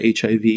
HIV